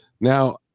Now